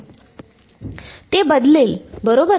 ते बदलेल बरोबर